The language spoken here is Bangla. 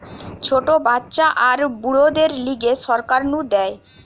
ছোট বাচ্চা আর বুড়োদের লিগে সরকার নু দেয়